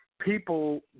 people